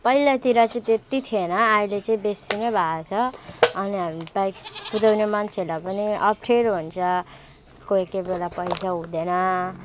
पहिलातिर चाहिँ त्यति थिएन अहिले चाहिँ बेसी नै भएछ अनि हामी बाइक कुदाउने मान्छेलाई पनि अप्ठ्यारो हुन्छ कोही कोही बेला पैसा हुँदैन